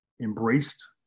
embraced